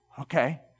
Okay